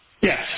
Yes